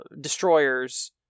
destroyers